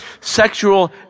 sexual